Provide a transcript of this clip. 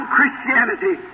Christianity